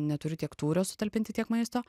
neturiu tiek tūrio sutalpinti tiek maisto